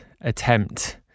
attempt